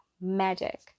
magic